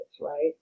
right